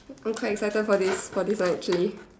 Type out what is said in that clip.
I'm quite excited for this for this one actually